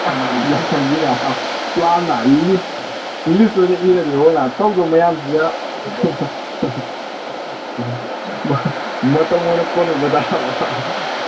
ꯑꯩꯒꯤꯗꯤ ꯌꯥꯎꯁꯪꯁꯤ ꯇꯥꯃꯣ ꯄ꯭ꯂꯥꯟꯗ ꯔꯤꯂꯤꯐ ꯔꯤꯂꯤꯐꯇ ꯑꯣꯏꯅ ꯏꯔꯒꯦ ꯍꯣꯔꯦꯟ ꯉꯥꯛꯇꯪꯗꯣ ꯃꯌꯥꯝꯁꯤꯒ ꯎꯝ ꯍꯨꯝ ꯃꯇꯝ ꯑꯣꯏꯅ ꯀꯣꯟꯅꯗꯦꯗ